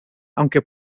aunque